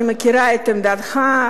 אני מכירה את עמדתך,